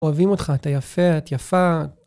אוהבים אותך, אתה יפה, את יפה.